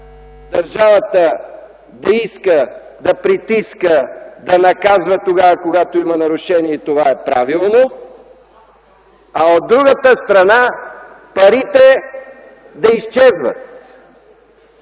държавата да иска да притиска, да наказва когато има нарушение – и това е правилно, а от другата страна парите да изчезват.